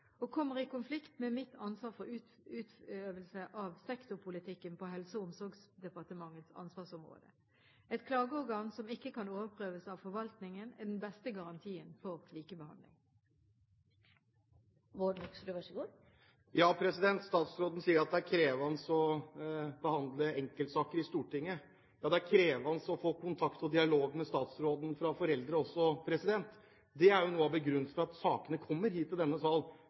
og kommer i konflikt med mitt ansvar for utøvelse av sektorpolitikken på Helse- og omsorgsdepartementets ansvarsområde. Et klageorgan som ikke kan overprøves av forvaltningen, er den beste garantien for likebehandling. Statsråden sier at det er krevende å behandle enkeltsaker i Stortinget. Ja, det er krevende for foreldre også å få kontakt og dialog med statsråden. Det er noe av begrunnelsen for at sakene kommer hit til denne sal.